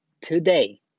today